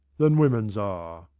than women's are.